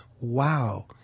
Wow